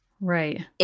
Right